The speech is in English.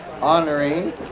honoring